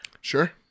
Sure